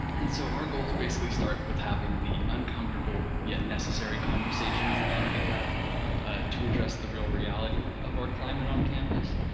and so our goals basically start with having the uncomfortable yet necessary conversations that need to be had to address the real reality of our climate on campus.